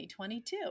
2022